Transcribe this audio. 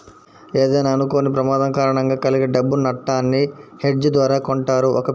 ఏదైనా అనుకోని ప్రమాదం కారణంగా కలిగే డబ్బు నట్టాన్ని హెడ్జ్ ద్వారా కొంటారు